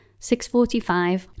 6.45